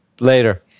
Later